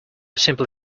simply